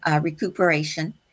recuperation